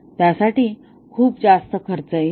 त्यासाठी खूप जास्त खर्च येईल